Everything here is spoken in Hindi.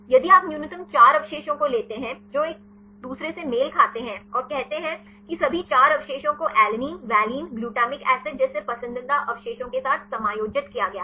यदि आप न्यूनतम 4 अवशेषों को लेते हैं जो एक तुरंस से मेल खाते हैं और कहते हैं कि सभी 4 अवशेषों को एलेनिन वैलीन ग्लूटामिक एसिड जैसे पसंदीदा अवशेषों के साथ समायोजित किया गया है